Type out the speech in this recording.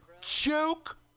Joke